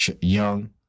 young